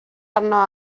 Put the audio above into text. arno